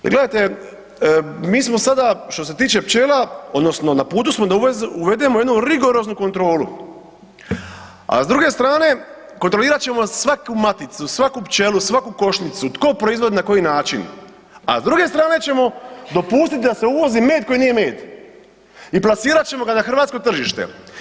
Jer gledajte, mi smo sada što se tiče pčela, odnosno na putu smo da uvedemo jednu rigoroznu kontrolu, a s druge strane, kontrolirat ćemo svaku maticu, svaku pčelu, svaku košnicu, tko proizvodi i na koji način, a s druge strane ćemo dopustiti da se uvozi med koji nije med i plasirat ćemo ga na hrvatsko tržište.